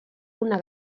una